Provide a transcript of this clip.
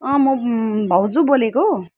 म भाउजू बोलेको